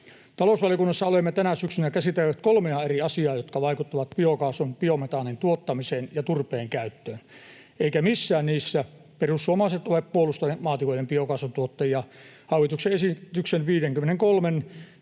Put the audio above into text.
Talousvaliokunnassa olemme tänä syksynä käsitelleet kolmea eri asiaa, jotka vaikuttavat biokaasun, biometaanin, tuottamiseen ja turpeen käyttöön, eivätkä missään niissä perussuomalaiset ole puolustaneet maatilojen biokaasun tuottajia hallituksen esitysten 53